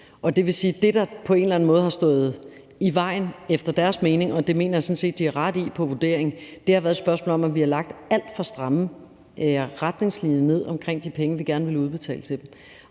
mening på en eller anden måde har stået i vejen – og det mener jeg sådan set de har ret i at vurdere – har været spørgsmålet, om vi har lagt alt for stramme retningslinjer ned omkring brugen af de penge, vi gerne vil udbetale til dem.